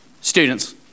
Students